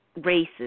races